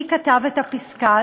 מי כתב את הפסקה,